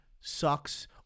Sucks